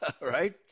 Right